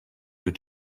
wir